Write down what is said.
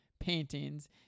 paintings